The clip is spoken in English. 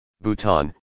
Bhutan